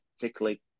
particularly